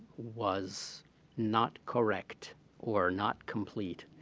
was not correct or not complete.